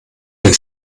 den